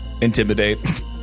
Intimidate